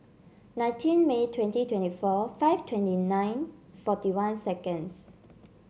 nineteen May twenty twenty four five twenty nine forty one seconds